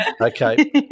okay